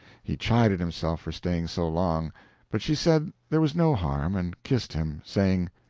he chided himself for staying so long but she said there was no harm and kissed him, saying,